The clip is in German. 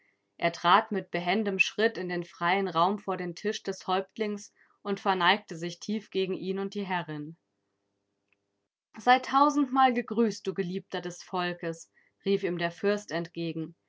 er trat mit behendem schritt in den freien raum vor den tisch des häuptlings und verneigte sich tief gegen ihn und die herrin sei tausendmal gegrüßt du geliebter des volkes rief ihm der fürst entgegen